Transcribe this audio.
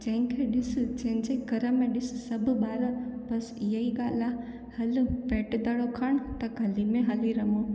जंहिंखे ॾिसु जंहिंजे घर में ॾिसु सभु ॿार बस इहा ई ॻाल्हि आहे हलु बेट बाल खणु त घली में हली रमूं